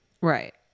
Right